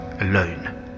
alone